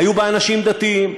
היו בה אנשים דתיים,